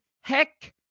heck